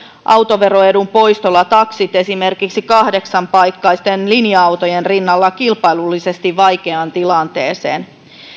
autoveroedun poistolla taksit esimerkiksi kahdeksanpaikkaisten linja autojen rinnalla kilpailullisesti vaikeaan tilanteeseen